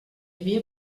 havia